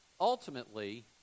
ultimately